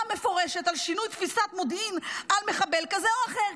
מפורשת על שינוי תפיסת מודיעין על מחבל כזה או אחר.